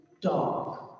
dark